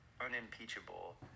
unimpeachable